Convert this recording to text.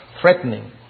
threatening